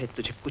did you